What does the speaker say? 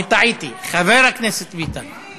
אני טעיתי, חבר הכנסת ביטן.